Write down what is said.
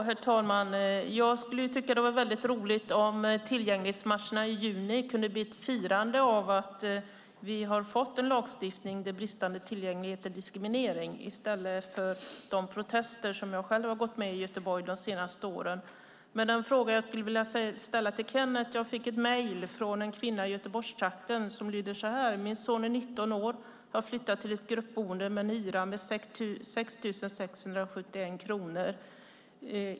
Herr talman! Jag skulle tycka att det vore väldigt roligt om tillgänglighetsmarscherna i juni kunde bli ett firande av att vi har fått en lagstiftning där bristande tillgänglighet är diskriminering i stället för att det blir de protester som jag själv har deltagit i de senaste åren, i Göteborg. Men jag har en fråga som jag skulle vilja ställa till Kenneth. Jag fick ett mejl från en kvinna i Göteborgstrakten. Hon skriver: Min son är 19 år, har flyttat till ett gruppboende med en hyra på 6 671 kronor.